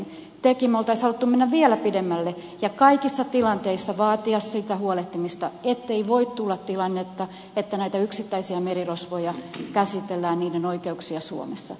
me olisimme halunneet mennä vielä pidemmälle ja kaikissa tilanteissa vaatia siitä huolehtimista ettei voi tulla tilannetta että näitten yksittäisten merirosvojen oikeuksia käsitellään suomessa